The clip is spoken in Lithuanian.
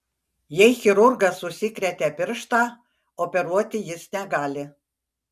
jei chirurgas užsikrėtė pirštą operuoti jis negali